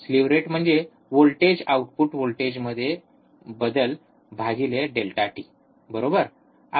slew rate म्हणजे voltage output व्होल्टेजमध्ये बदल भागिले डेल्टा टी ∆t बरोबर